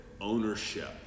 ownership